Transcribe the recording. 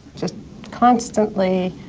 just constantly